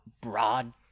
broad